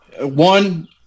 one